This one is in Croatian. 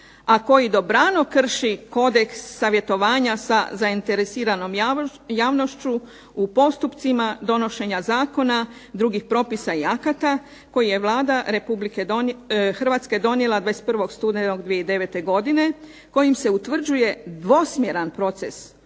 a koji dobrano krši kodeks savjetovanja sa zainteresiranom javnošću u postupcima donošenja zakona, drugih propisa i akata koji je Vlada Republike Hrvatske donijela 21. studenog 2009. godine kojim se utvrđuje dvosmjeran proces